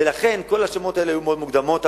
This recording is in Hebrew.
ולכן כל ההאשמות האלה היו מאוד מוקדמות.